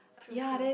true true